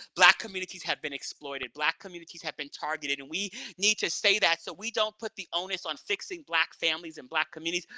black communities have been exploited, black communities have been targeted, and we need to say that, so we don't put the onus on fixing black families and communities,